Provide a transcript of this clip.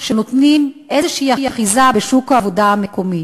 שנותנים איזושהי אחיזה בשוק העבודה המקומי.